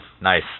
nice